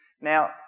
Now